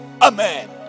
Amen